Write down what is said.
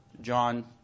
John